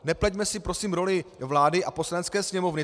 Nepleťme si prosím roli vlády a Poslanecké sněmovny.